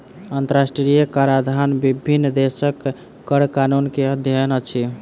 अंतरराष्ट्रीय कराधन विभिन्न देशक कर कानून के अध्ययन अछि